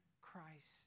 Christ